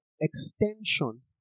extension